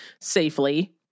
safely